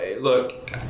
look